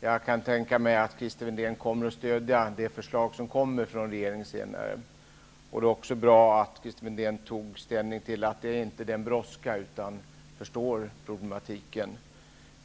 Jag kan också tänka mig att Christer Windén kommer att stödja det förslag som regeringen lägger fram efter årsskiftet. Det är också bra att Christer Windén har kommit fram till att det inte föreligger så stor brådska. Det visar att han förstår problematiken.